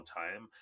time